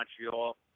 Montreal